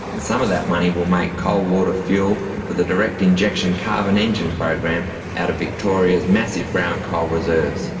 and some of that money will make coal-water fuel for the direct injection carbon engine program out of victoria's massive brown coal reserves.